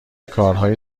کارهای